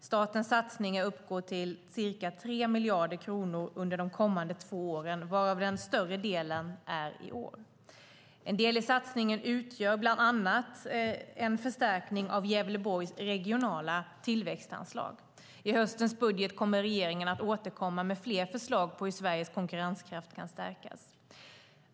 Statens satsning uppgår till ca 3 miljarder kronor under de kommande två åren, varav den större delen är i år. En del av satsningen utgörs av en förstärkning av Gävleborgs regionala tillväxtanslag. I höstens budget kommer regeringen att återkomma med fler förslag på hur Sveriges konkurrenskraft kan stärkas.